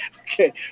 Okay